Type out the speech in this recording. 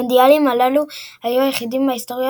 המונדיאלים הללו היו היחידים בהיסטוריה